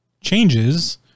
changes